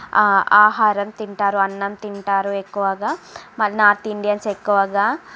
ఆ ఆహారం తింటారు అన్నం తింటారు ఎక్కువగా మళ్ళీ నార్త్ ఇండియన్స్ ఎక్కువగా